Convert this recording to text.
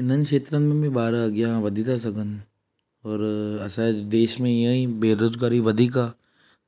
इन्हनि खेत्रनि में बि ॿार अॻियां वधी था सघनि और असांजे देश में ईअंई बेरोज़गारी वधीक आहे